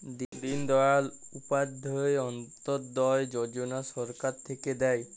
দিন দয়াল উপাধ্যায় অন্ত্যোদয় যজনা সরকার থাক্যে দেয়